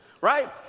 Right